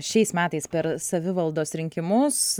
šiais metais per savivaldos rinkimus